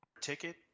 Ticket